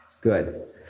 Good